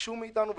ביקשו מאתנו הארכה,